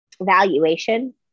valuation